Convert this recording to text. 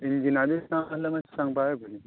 इंजिना बी काम आसल्यार मातशें सांगपा जाय पयली